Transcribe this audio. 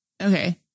Okay